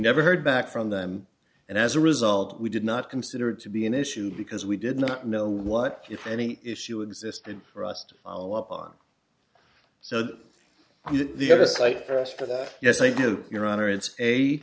never heard back from them and as a result we did not consider to be an issue because we did not know what if any issue existed for us to follow up on so that the oversight yes i do your honor it's